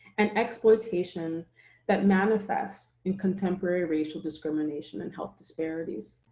and exploitation that manifests in contemporary racial discrimination and health disparities.